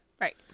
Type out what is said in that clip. right